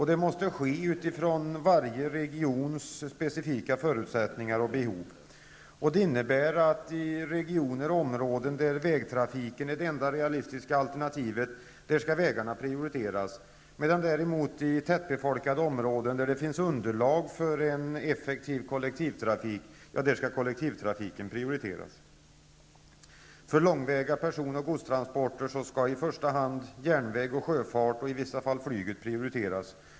Det måste ske utifrån varje regions specifika förutsättningar och behov. Det innebär att i regioner och områden där vägtrafiken är det enda realistiska alternativet -- där skall vägar prioriteras. I tätbefolkade områden, där det finns underlag för en effektiv kollektivtrafik skall däremot kollektivtrafiken prioriteras. För långväga personoch godstransporter skall i första hand järnväg och sjöfart och i vissa fall flyget prioriteras.